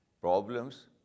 problems